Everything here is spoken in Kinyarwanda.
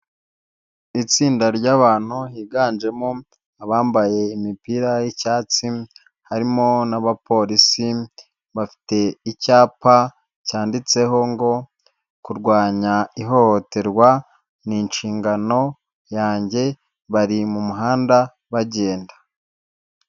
Itsinda ryabantu higanjemo abambaye imipira y'icyatsi harimo n'abapolisi bafite icyapa cyanditseho ngo kurwanya ihohoterwa ni inshingano yanjye bari mu muhanda bagenda.